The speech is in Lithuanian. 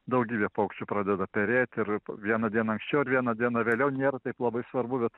daugybė paukščių pradeda perėt ir vieną dieną anksčiau ar vieną dieną vėliau nėra taip labai svarbu bet